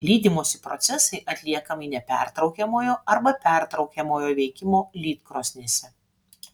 lydymosi procesai atliekami nepertraukiamojo arba pertraukiamojo veikimo lydkrosnėse